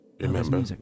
Remember